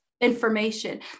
information